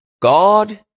God